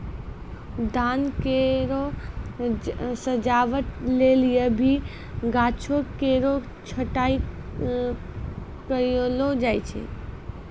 उद्यान केरो सजावट लेलि भी गाछो केरो छटाई कयलो जाय छै